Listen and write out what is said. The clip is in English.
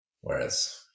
Whereas